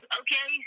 okay